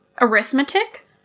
arithmetic